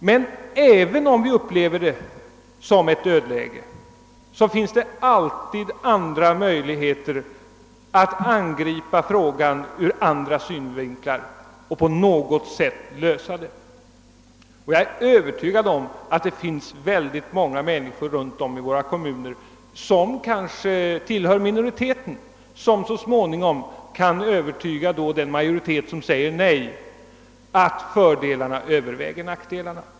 Men även om vi upplever det som ett dödläge finns det alltid andra möjligheter att angripa och lösa problemet. Jag är sålunda övertygad om att många människor runt om i våra kommuner tillhör minoriteten men ändå så småningom kan övertyga den majoritet som säger nej om att fördelarna överväger nackdelarna.